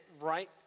right